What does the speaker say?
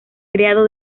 creado